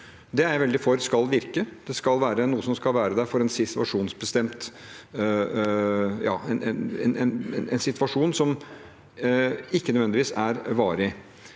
Det er jeg veldig for skal virke. Det skal være noe som er der i en situasjon som ikke nødvendigvis er varig.